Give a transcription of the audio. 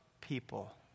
people